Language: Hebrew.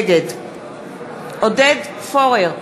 נגד עודד פורר,